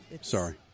Sorry